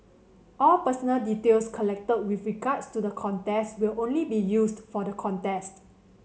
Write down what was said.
all personal details collected with regards to the contest will only be used for the contest